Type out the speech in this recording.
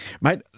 mate